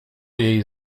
jej